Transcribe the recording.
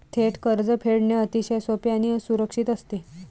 थेट कर्ज फेडणे अतिशय सोपे आणि सुरक्षित असते